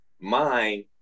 mind